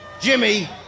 Jimmy